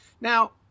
Now